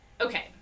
okay